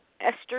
Esther